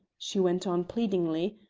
she went on, pleadingly,